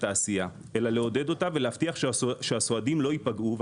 העשייה אלא לעודד אותה ולהבטיח שהסועדים לא ייפגעו,